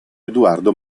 eduardo